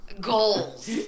goals